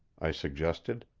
i suggested,